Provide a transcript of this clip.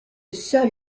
seul